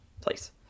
place